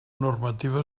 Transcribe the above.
normativa